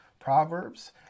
Proverbs